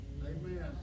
Amen